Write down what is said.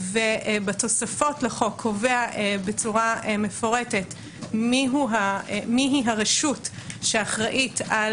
ובתוספות לחוק קובע בצורה מפורטת מי היא הרשות שאחראית על